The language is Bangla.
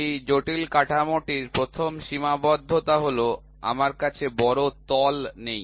এই জটিল কাঠামোটির প্রথম সীমাবদ্ধতা হল আমার কাছে বড় তল নেই